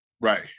Right